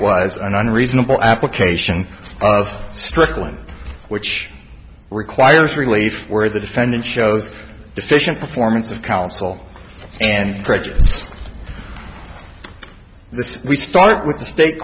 was an unreasonable application of strickland which requires relief where the defendant shows deficient performance of counsel and prejudice this we start with the state